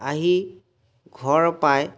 আহি ঘৰ পাই